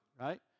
right